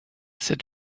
said